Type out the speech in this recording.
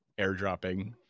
airdropping